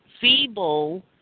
feeble